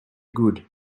good